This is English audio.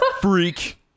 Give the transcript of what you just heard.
freak